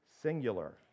Singular